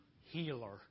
healer